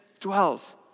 dwells